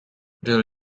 the